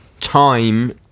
time